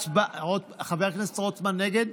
חבר הכנסת רוטמן, נגד?